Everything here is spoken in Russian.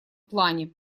плане